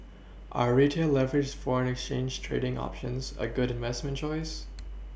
are retail leveraged foreign exchange trading options a good investment choice